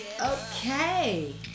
okay